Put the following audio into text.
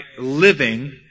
living